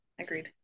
agreed